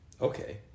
Okay